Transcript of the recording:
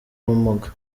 ubumuga